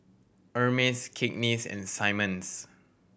Hermes Cakenis and Simmons